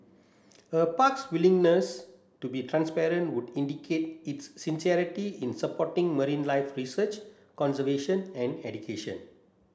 a park's willingness to be transparent would indicate its sincerity in supporting marine life research conservation and education